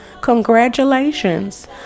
Congratulations